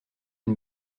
une